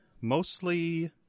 Mostly